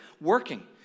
working